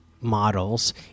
models